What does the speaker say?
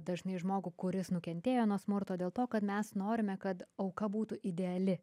dažnai žmogų kuris nukentėjo nuo smurto dėl to kad mes norime kad auka būtų ideali